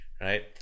right